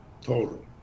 total